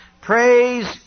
Praise